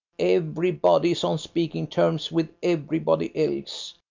everybody is on speaking terms with everybody else,